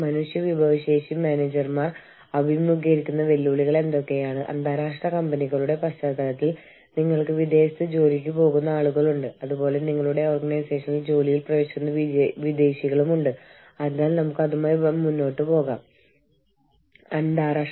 മാനവ വിഭവശേഷി മാനേജറുടെ വീക്ഷണകോണിൽ നിന്ന് ആഗോള പരിതസ്ഥിതിയിലേക്ക് ഈ ആശയങ്ങളുടെ പ്രയോഗത്തെക്കുറിച്ചാണ് നമ്മൾ ഇപ്പോൾ സംസാരിക്കുന്നത്